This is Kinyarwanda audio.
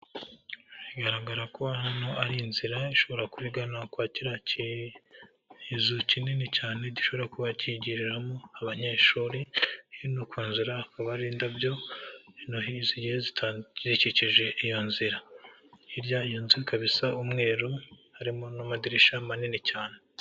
Bigaragara ko hano ari inzira ishobora kubigana kwariya kizu kinini cyane, gishobora kuba kigiriramo abanyeshuri, ku inzira akaba ari indabyo zigiye zikikije iyo nzira. Hirya iyo nzu ikaba isa umweru harimo n'amadirishya manini cyane.